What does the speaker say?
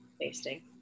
tasting